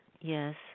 yes